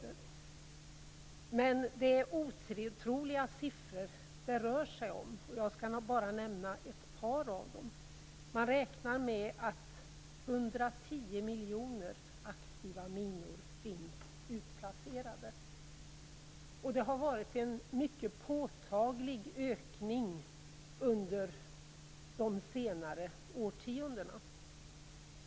Det rör sig dock om otroliga siffror, och jag skall bara nämna ett par av dem. Man räknar med att 110 miljoner aktiva minor finns utplacerade, och det har varit en mycket påtaglig ökning under de senare årtiondena.